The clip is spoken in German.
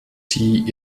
die